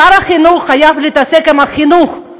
שר החינוך חייב להתעסק בחינוך,